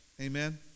Amen